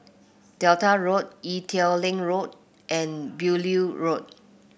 Delta Road Ee Teow Leng Road and Beaulieu Road